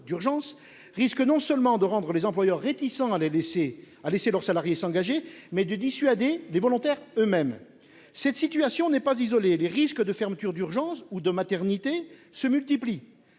risque non seulement de rendre les employeurs réticents à laisser leurs salariés s'engager, mais aussi de dissuader les volontaires eux-mêmes. Cette situation n'est pas isolée. Les risques de fermetures de services d'urgences ou de maternités se multiplient